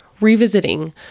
revisiting